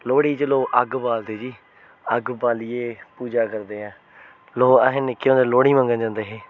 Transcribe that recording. लोह्ड़ी च लोग अग्ग बालदे जी अग्ग बालियै पूजा करदे ऐ लोग अहें निक्के होंदे लोह्ड़ी मंगन जंदे हे